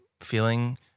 feeling